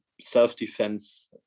self-defense